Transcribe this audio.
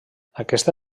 aquesta